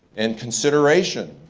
and consideration.